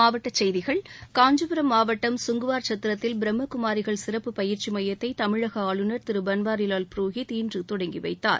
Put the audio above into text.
மாவட்டச் செய்திகள் காஞ்சிபுரம் மாவட்டம் கங்குவார்சத்திரத்தில் பிரம்மா குமாரிகள் சிறப்பு பயிற்சி மையத்தை தமிழக ஆளுநர் திரு பன்வாரிலால் புரோஹித் இன்று தொடங்கிவைத்தார்